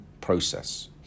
process